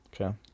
Okay